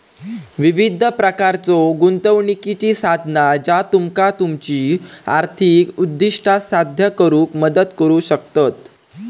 विविध प्रकारच्यो गुंतवणुकीची साधना ज्या तुमका तुमची आर्थिक उद्दिष्टा साध्य करुक मदत करू शकतत